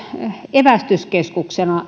evästyskeskusteluna